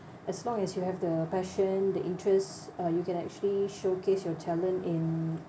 as long as you have the passion the interest uh you can actually showcase your talent in